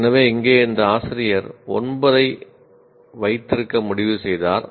எனவே இங்கே இந்த ஆசிரியர் 9 ஐ வைத்திருக்க முடிவு செய்தார்